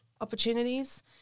opportunities